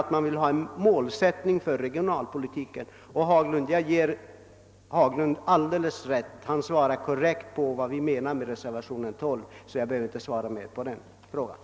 att vi skall ha en målsättning för regionalpolitiken, och det är alldeles korrekt. Det är just vad vi menar med reservationen 12. Jag behöver därför inte ingå närmare på den frågan.